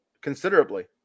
considerably